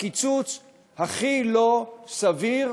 הקיצוץ הכי לא סביר.